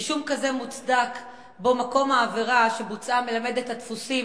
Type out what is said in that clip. רישום כזה מוצדק במקום שהעבירה שבוצעה מלמדת על הדפוסים